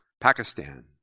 Pakistan